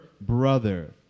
brother